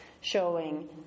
showing